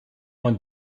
man